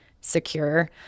secure